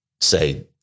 say